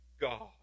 God